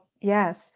yes